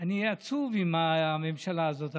אני עצוב מהממשלה הזאת,